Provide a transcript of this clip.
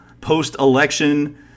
post-election